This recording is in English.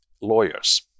lawyers